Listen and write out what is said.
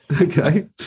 okay